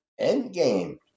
Endgame